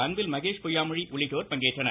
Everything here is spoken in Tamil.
அன்பில் மகேஷ் பொய்யாமொழி உள்ளிட்டோர் பங்கேற்றனர்